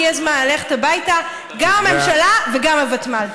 הגיע הזמן ללכת הביתה, גם הממשלה וגם הוותמ"ל.